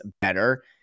better